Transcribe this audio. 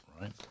right